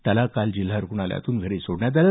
त्याला काल जिल्हा रुग्णालयातून घरी सोडण्यात आलं